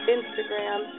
Instagram